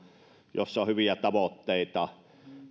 jossa on hyviä tavoitteita